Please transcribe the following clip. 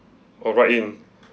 or write in